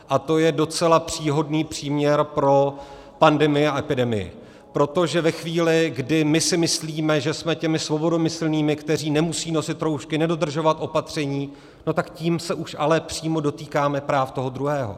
A to je docela příhodný příměr pro pandemii a epidemii, protože ve chvíli, kdy my si myslíme, že jsme těmi svobodomyslnými, kteří nemusí nosit roušky, nedodržovat opatření, tak tím se už ale přímo dotýkáme práv toho druhého.